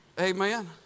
Amen